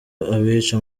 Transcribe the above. abica